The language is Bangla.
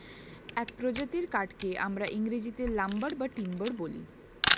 এক প্রজাতির কাঠকে আমরা ইংরেজিতে লাম্বার বা টিম্বার বলি